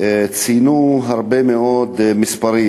ציינו הרבה מאוד מספרים.